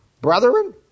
Brethren